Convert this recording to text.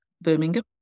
Birmingham